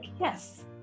yes